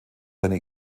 seine